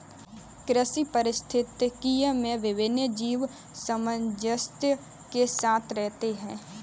कृषि पारिस्थितिकी में विभिन्न जीव सामंजस्य के साथ रहते हैं